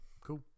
Cool